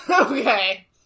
Okay